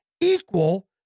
equal